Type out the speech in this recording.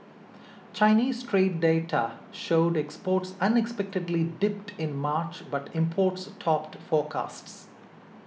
Chinese trade data showed exports unexpectedly dipped in March but imports topped forecasts